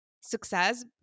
success